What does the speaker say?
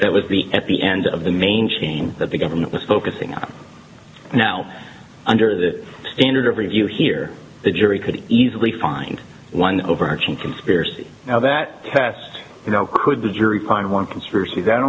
that was the at the end of the main chain that the government was focusing on now under the standard of review here the jury could easily find one overarching conspiracy that test you know could the jury find one conspiracy that